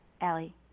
Allie